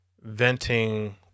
venting